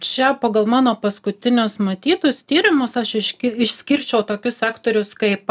čia pagal mano paskutinius matytus tyrimus aš iški išskirčiau tokius sektorius kaip